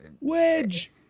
Wedge